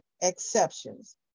exceptions